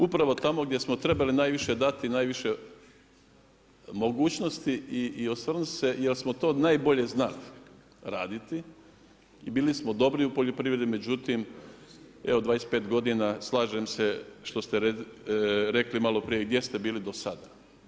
Upravo tamo gdje smo trebali najviše dati i najviše mogućnosti i osvrnut se jer smo to najbolje znali raditi i bili smo dobri u poljoprivredi, međutim evo 25 godina, slažem se što ste rekli malo prije, gdje ste bili do sada.